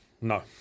No